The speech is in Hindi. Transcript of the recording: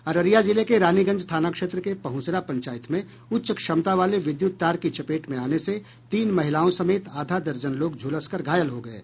अररिया जिले के रानीगंज थाना क्षेत्र के पहुंसरा पंचायत में उच्च क्षमता वाले विद्युत तार की चपेट में आने से तीन महिलाओं समेत आधा दर्जन लोग झुलस कर घायल हो गये